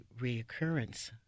reoccurrence